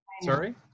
Sorry